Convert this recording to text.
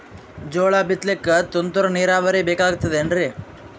ಜೋಳ ಬಿತಲಿಕ ತುಂತುರ ನೀರಾವರಿ ಬೇಕಾಗತದ ಏನ್ರೀ?